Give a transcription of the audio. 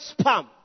spam